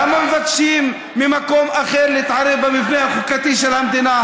למה מבקשים ממקום אחר להתערב במבנה החוקתי של המדינה?